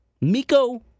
Miko